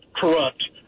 corrupt